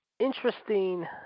Interesting